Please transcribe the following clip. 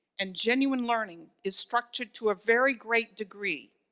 and genuine learning is structured to a very great degree